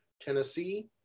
Tennessee